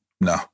No